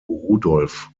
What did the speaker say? rudolf